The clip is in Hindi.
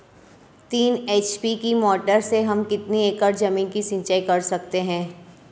तीन एच.पी की मोटर से हम कितनी एकड़ ज़मीन की सिंचाई कर सकते हैं?